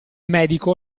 medico